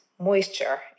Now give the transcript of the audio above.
moisture